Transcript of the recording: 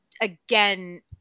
again